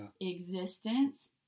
existence